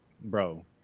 bro